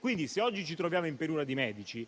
anni. Se oggi ci troviamo quindi in penuria di medici,